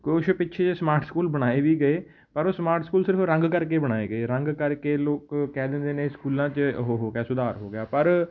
ਕੁਛ ਪਿੱਛੇ ਜਿਹੇ ਸਮਾਰਟ ਸਕੂਲ ਬਣਾਏ ਵੀ ਗਏ ਪਰ ਉਹ ਸਮਾਰਟ ਸਕੂਲ ਸਿਰਫ ਰੰਗ ਕਰਕੇ ਬਣਾਏ ਗਏ ਰੰਗ ਕਰਕੇ ਲੋਕ ਕਹਿ ਦਿੰਦੇ ਨੇ ਸਕੂਲਾਂ 'ਚ ਉਹ ਹੋ ਗਿਆ ਸੁਧਾਰ ਹੋ ਗਿਆ ਪਰ